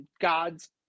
god's